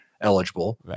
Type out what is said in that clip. eligible